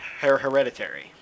hereditary